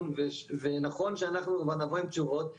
ונכון שאנחנו נבוא עם תשובות לשאלה,